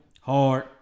hard